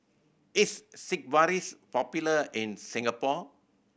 is Sigvaris popular in Singapore